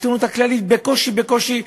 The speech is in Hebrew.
בעיתונות הכללית בקושי בקושי,